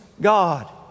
God